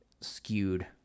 skewed